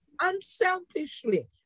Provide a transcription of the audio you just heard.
Unselfishly